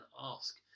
ask